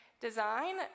design